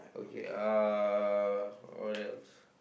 okay uh what else